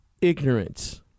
ignorance